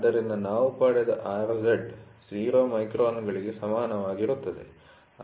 ಆದ್ದರಿಂದ ನಾವು ಪಡೆದ Rz 0 ಮೈಕ್ರಾನ್ಗಳಿಗೆ ಸಮಾನವಾಗಿರುತ್ತದೆ